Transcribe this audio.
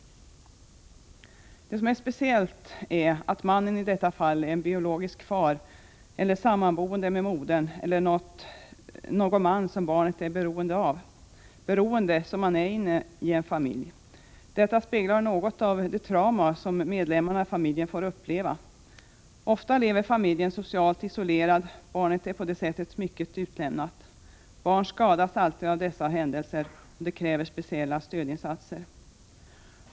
Det som är speciellt är att mannen i detta fall är biologisk far, eller sammanboende med modern, eller någon som barnet är beroende av — beroende som man är i en familj. Detta speglar något av det trauma som medlemmarna i familjen får uppleva. Ofta lever familjen socialt isolerad. Barnet är på det sättet mycket utlämnat. Barn skadas alltid av dessa händelser, och det krävs speciella stödinsatser.